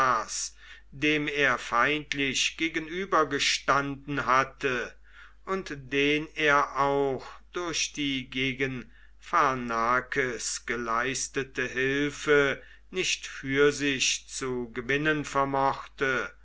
dem er feindlich gegenübergestanden hatte und den er auch durch die gegen pharnakes geleistete hilfe nicht für sich zu gewinnen vermochte